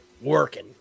working